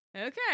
Okay